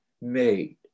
made